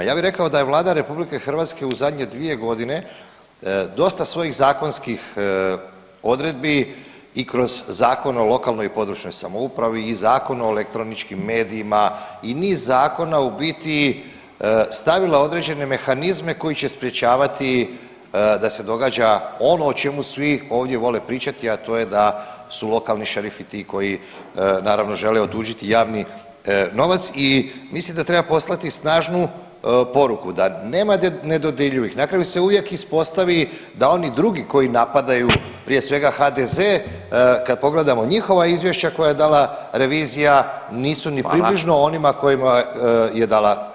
Ja bi rekao da je Vlada RH u zadnje 2.g. dosta svojih zakonskih odredbi i kroz Zakon o lokalnoj i područnoj samoupravi i Zakon o elektroničkim medijima i niz zakona u biti stavila određene mehanizme koji će sprječavati da se događa ono o čemu svi ovdje vole pričati, a to je da su lokalni šerifi ti koji naravno žele otuđiti javni novac i mislim da treba poslati snažnu poruku da nema nedodirljivih, na kraju se uvijek ispostavi da oni drugi koji napadaju, prije svega HDZ, kad pogledamo njihova izvješća koja je dala revizija nisu ni približno onima kojima je dala HDZ-u.